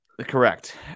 Correct